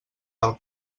del